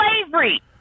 Slavery